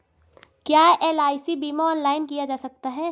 क्या एल.आई.सी बीमा ऑनलाइन किया जा सकता है?